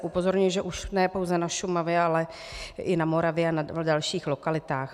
Upozorňuji, že už ne pouze na Šumavě, ale i na Moravě a na dalších lokalitách.